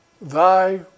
thy